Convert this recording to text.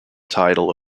title